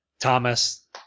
Thomas